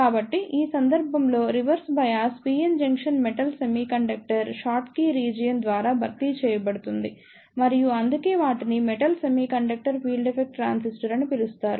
కాబట్టి ఈ సందర్భంలో reverse bias PN junction metal semiconductor Schottky region ద్వారా భర్తీ చేయబడుతుంది మరియు అందుకే వాటిని metal semiconductor field effect transistor అని పిలుస్తారు